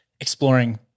exploring